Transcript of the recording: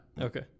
okay